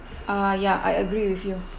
uh ya I agree with you